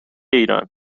ایران